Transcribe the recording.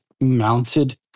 mounted